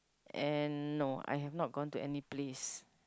and no I have not gone to any place